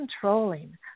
controlling